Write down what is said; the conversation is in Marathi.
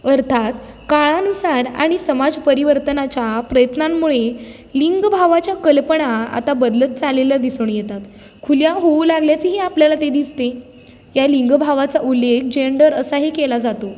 अर्थात काळानुसार आणि समाज परिवर्तनाच्या प्रयत्नांमुळे लिंग भावाच्या कल्पना आता बदलत चाललेल्या दिसून येतात खुल्या होऊ लागल्याचीही आपल्याला ते दिसते या लिंग भावाचा उल्लेख जेंडर असाही केला जातो